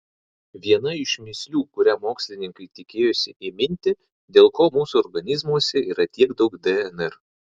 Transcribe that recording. viena iš mįslių kurią mokslininkai tikėjosi įminti dėl ko mūsų organizmuose yra tiek daug dnr